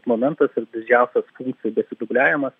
momentas ir didžiausias funkcijų besidubliavimas